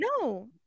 No